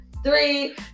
three